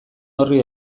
horri